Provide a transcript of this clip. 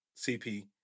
CP